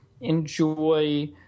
enjoy